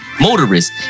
motorists